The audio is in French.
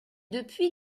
depuis